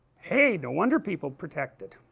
hey, no wonder people protect it